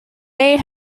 may